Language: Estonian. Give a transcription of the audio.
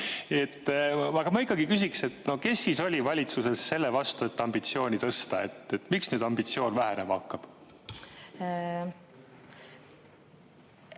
ma ikkagi küsiks, kes oli valitsuses selle vastu, et ambitsiooni tõsta. Miks nüüd ambitsioon vähenema hakkab?